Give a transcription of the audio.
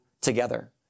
together